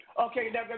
Okay